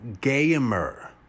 gamer